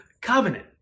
covenant